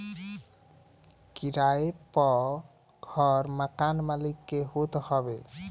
किराए पअ घर मकान मलिक के होत हवे